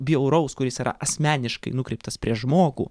bjauraus kuris yra asmeniškai nukreiptas prieš žmogų